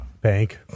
Bank